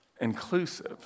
inclusive